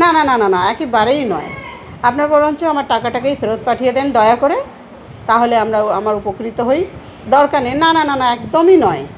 না না না না না একেবারেই নয় আপনি বরঞ্চ আমার টাকাটাকেই ফেরত পাঠিয়ে দেন দয়া করে তাহলে আমরাও আমার উপকৃত হই দরকার নেই না না না না একদমই নয়